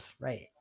right